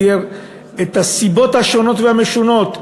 תיאר את הסיבות השונות והמשונות,